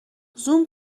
زوم